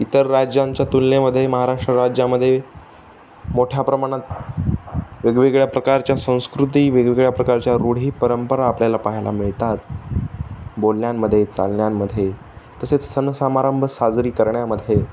इतर राज्यांच्या तुलनेमध्ये महाराष्ट्र राज्यामध्ये मोठ्या प्रमाणात वेगवेगळ्या प्रकारच्या संस्कृती वेगवेगळ्या प्रकारच्या रूढी परंपरा आपल्याला पाहायला मिळतात बोलण्यामध्ये चालण्यामध्ये तसेच सण समारंभ साजरे करण्यामध्ये